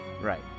right